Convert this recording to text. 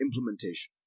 implementation